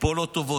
פה לא טובות,